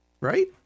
Right